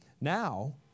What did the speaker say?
Now